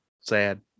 Sad